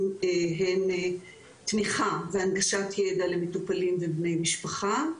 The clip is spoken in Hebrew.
הן תמיכה והנגשת ידע למטופלים ובני משפחה.